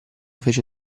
fece